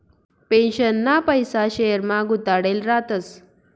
पेन्शनना पैसा शेयरमा गुताडेल रातस